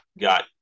got